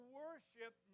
worship